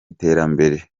iterambere